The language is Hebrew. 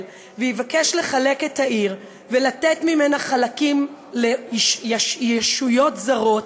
ויבקש לחלק את העיר ולתת ממנה חלקים לישויות זרות,